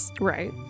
Right